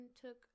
took